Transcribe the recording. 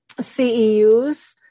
CEUs